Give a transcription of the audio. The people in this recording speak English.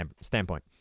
standpoint